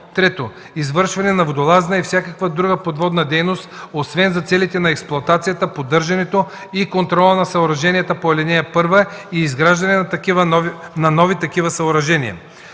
3. извършване на водолазна и всякаква друга подводна дейност, освен за целите на експлоатацията, поддържането и контрола на съоръженията по ал. 1 и изграждане на нови такива съоръжения.”